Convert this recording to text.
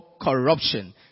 corruption